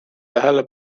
tähele